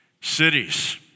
cities